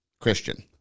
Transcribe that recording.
Christian